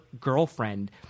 girlfriend